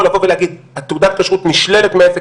לבוא ולהגיד שתעודת הכשרות נשללת מעסק,